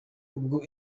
ubwo